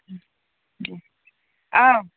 दे औ